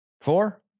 Four